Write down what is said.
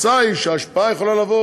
התוצאה היא שההשפעה יכולה לבוא